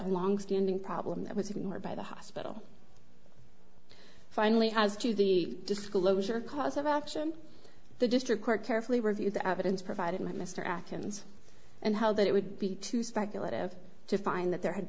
a long standing problem that was ignored by the hospital finally as to the disclosure cause of action the district court carefully reviewed the evidence provided by mr atkins and how that it would be too speculative to find that there had